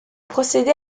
procédé